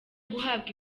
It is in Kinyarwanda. guhabwa